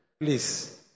please